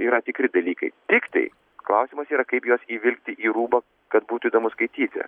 yra tikri dalykai tiktai klausimas yra kaip juos įvilkti į rūbą kad būtų įdomu skaityti